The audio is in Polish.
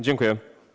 Dziękuję.